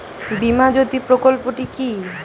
বীমা জ্যোতি প্রকল্পটি কি?